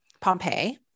Pompeii